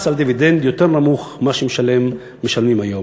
על דיבידנד יותר נמוך ממה שמשלמים היום.